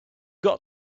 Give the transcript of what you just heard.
got